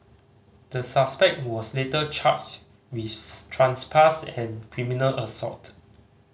the suspect was later charged with trespass and criminal assault